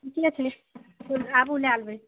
ठीके छै फूल आबू लै लेबै